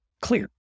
clear